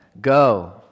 Go